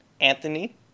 Anthony